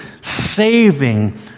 saving